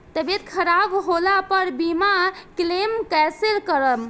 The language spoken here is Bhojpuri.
तबियत खराब होला पर बीमा क्लेम कैसे करम?